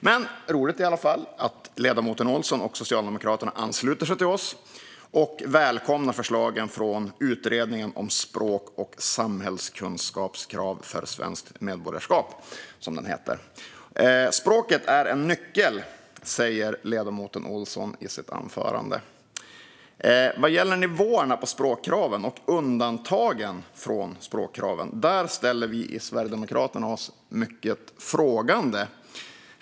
Men det är i alla fall roligt att ledamoten Ohlsson och Socialdemokraterna ansluter sig till oss och välkomnar förslagen från Utredningen om språk och samhällskunskapskrav för svenskt medborgarskap och andra frågor om medborgarskap, som den heter. Språket är en nyckel, säger ledamoten Ohlsson i sitt anförande. Vad gäller nivåerna på språkkraven och undantagen från språkkraven ställer vi i Sverigedemokraterna oss mycket frågande.